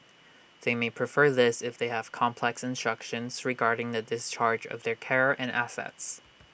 they may prefer this if they have complex instructions regarding the discharge of their care and assets